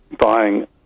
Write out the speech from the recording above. buying